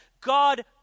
God